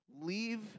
leave